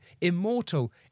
immortal